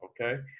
okay